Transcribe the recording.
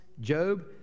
Job